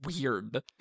weird